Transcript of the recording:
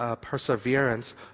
perseverance